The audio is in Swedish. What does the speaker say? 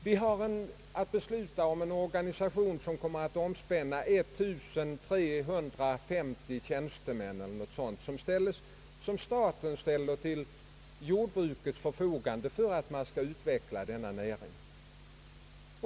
Vi har att besluta om en organisation, som kommer att omspänna cirka 1350 tjänstemän, och som staten ställer till jordbrukets förfogande för att utveckla denna näring.